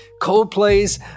Coldplay's